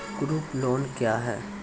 Group loan क्या है?